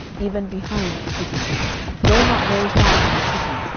even behind the city go not very far from the city,